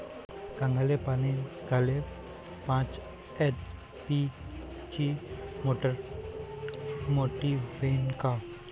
कांद्याले पानी द्याले पाच एच.पी ची मोटार मोटी व्हईन का?